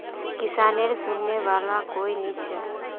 किसानेर सुनने वाला कोई नी छ